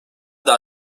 daha